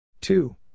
two